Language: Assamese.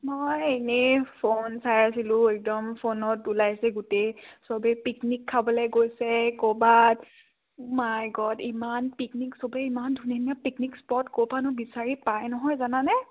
মই এনেই ফোন চাই আছিলোঁ একদম ফোনত ওলাইছে গোটেই চবেই পিকনিক খাবলৈ গৈছে ক'ৰবাত মাই গড ইমান পিকনিক চবেই ইমান ধুনীয়া ধুনীয়া পিকনিক স্পট ক'ৰপৰানো বিচাৰি পায় নহয় জানানে